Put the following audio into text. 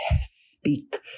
speak